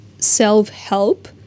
Self-help